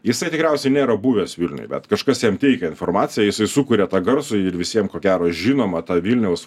jisai tikriausiai nėra buvęs vilniuj bet kažkas jam teikia informaciją jisai sukuria tą garsųjį ir visiem ko gero žinomą tą vilniaus